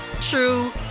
true